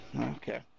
Okay